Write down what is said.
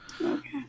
Okay